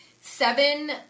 seven